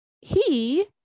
he-